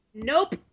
Nope